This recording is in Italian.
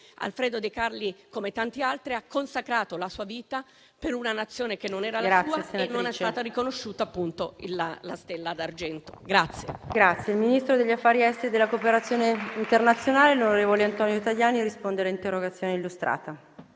Alfredo Decarli, infatti, come tanti altri, ha consacrato la sua vita per una Nazione che non era la sua e non ha visto riconosciutagli la stella d'argento.